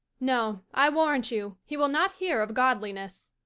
no, i warrant you, he will not hear of godliness.